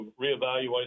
reevaluate